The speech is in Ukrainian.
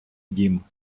дім